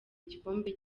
igikombe